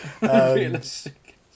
Realistic